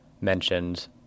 mentioned